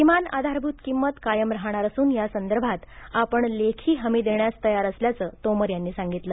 किमान आधारभुत किंमत कायम राहणार असून यासंदर्भात आपण लेखी हमी देण्यास तयार असल्याचं तोमर यांनी सांगितलं